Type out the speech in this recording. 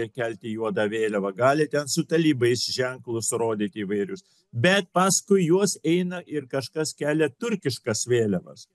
kelti juodą vėliavą gali ten su talibais ženklus rodyt įvairius bet paskui juos eina ir kažkas kelia turkiškas vėliavas